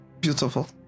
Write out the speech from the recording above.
beautiful